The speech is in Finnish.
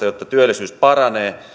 jotta työllisyys paranee